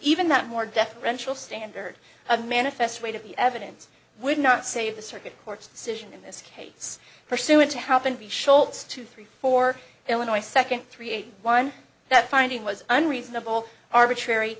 even that more deferential standard of manifest weight of the evidence would not say if the circuit court's decision in this case pursuant to happen b scholtz two three four illinois second three eight one that finding was unreasonable arbitrary